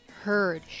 heard